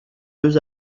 deux